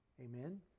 Amen